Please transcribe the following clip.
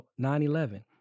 9-11